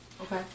Okay